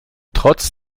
trotz